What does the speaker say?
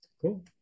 Cool